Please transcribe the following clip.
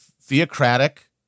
theocratic